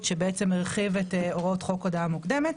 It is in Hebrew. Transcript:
שבעצם הרחיב את הוראות חוק הודעה מוקדמת,